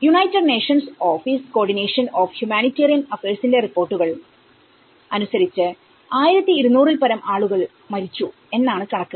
United Nations Office Coordination of Humanitarian ആഫെഴ്സിന്റെ റിപോർട്ടുകൾ അനുസരിച്ചു 1200 ൽ പരം ആൾക്കാർ മരിച്ചു എന്നാണ് കണക്ക്